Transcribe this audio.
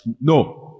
No